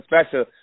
special